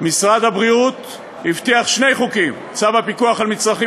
משרד הבריאות הבטיח שני חוקים: צו הפיקוח על מצרכים